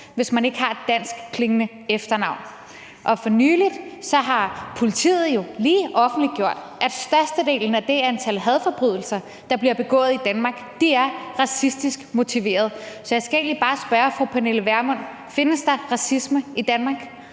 hvis man ikke har et danskklingende efternavn. Og for nylig har politiet jo offentliggjort, at størstedelen af det antal hadforbrydelser, der bliver begået i Danmark, er racistisk motiveret. Så jeg skal egentlig bare spørge fru Pernille Vermund: Findes der racisme i Danmark?